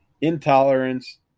intolerance